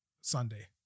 Sunday